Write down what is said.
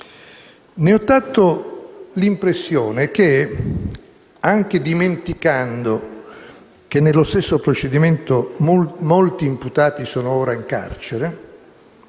Ne ho tratto l'impressione che, anche dimenticando che nello stesso procedimento molti imputati sono ora in carcere,